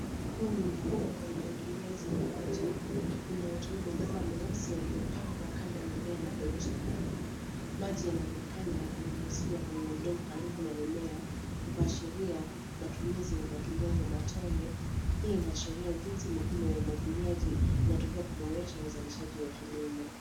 Huu ni mfumo wa umwagiliaji wa maji unaotumia mabamba meusi yaliopangwa kando ya mimea na madogo shambani. Maji yanaonekana yakinyunyuziwa kwenye udogo karibu na mimea kuashiria matumizi ya umwagiliaji wa matone hii inaashiria jinsi mfumo wa umwagiliaji inatumika kuboresha uzalishaji wa kilimo.